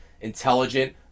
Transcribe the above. intelligent